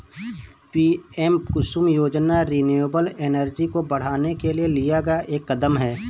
PM Kusum योजना renewable energy को बढ़ाने के लिए लिया गया एक कदम है